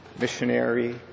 missionary